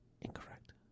Incorrect